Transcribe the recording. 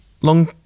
long